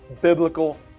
biblical